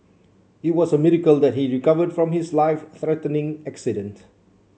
it was a miracle that he recovered from his life threatening accident